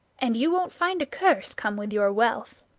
and you won't find a curse come with your wealth.